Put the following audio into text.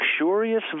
luxurious